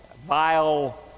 vile